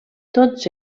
tots